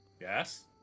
Yes